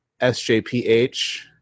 SJPH